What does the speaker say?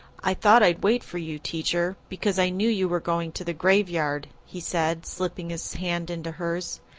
i thought i'd wait for you, teacher, because i knew you were going to the graveyard, he said, slipping his hand into hers.